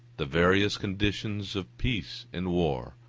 the various conditions of peace and war,